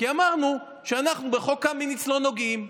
כי אמרנו שאנחנו בחוק קמיניץ לא נוגעים.